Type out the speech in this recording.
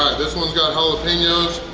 this one's got jalapenos.